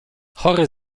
chory